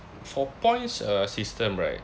for points uh system right